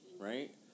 right